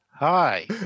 Hi